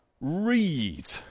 Read